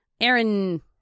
Aaron